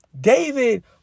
David